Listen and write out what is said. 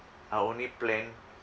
I only plan